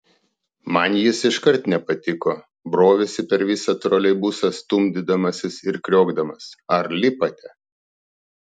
man jis iškart nepatiko brovėsi per visą troleibusą stumdydamasis ir kriokdamas ar lipate